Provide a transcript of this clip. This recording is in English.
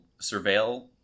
surveil